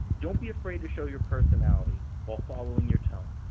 don't be afraid to show your personality while following your tone.